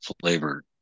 flavor